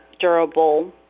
durable